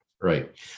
Right